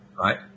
Right